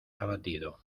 abatido